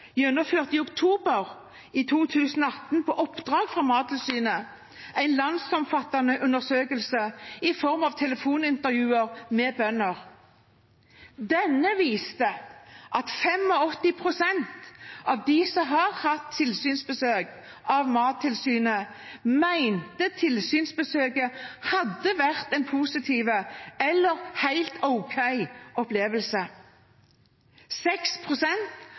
gjennomførte i oktober 2018 på oppdrag fra Mattilsynet en landsomfattende undersøkelse i form av telefonintervjuer med bønder. Denne viste at 85 pst. av de som hadde hatt tilsynsbesøk av Mattilsynet, mente besøket hadde vært en positiv eller helt ok opplevelse.